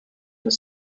were